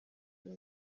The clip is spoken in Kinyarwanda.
ubu